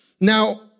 Now